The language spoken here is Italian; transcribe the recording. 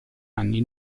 anni